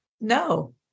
No